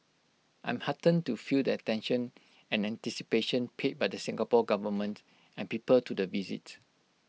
I'm heartened to feel the attention and anticipation paid by the Singapore Government and people to the visit